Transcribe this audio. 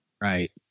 right